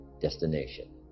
destination